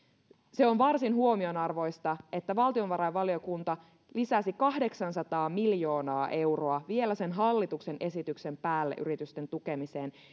se on varsin huomionarvoista että valtiovarainvaliokunta lisäsi kahdeksansataa miljoonaa euroa vielä sen hallituksen esityksen päälle yritysten tukemiseen